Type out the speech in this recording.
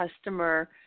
customer